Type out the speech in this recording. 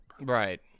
Right